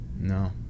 No